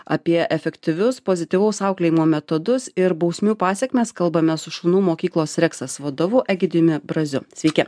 apie efektyvius pozityvaus auklėjimo metodus ir bausmių pasekmes kalbamės su šunų mokyklos reksas vadovu egidijumi braziu sveiki